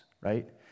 right